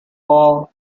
wall